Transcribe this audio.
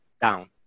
down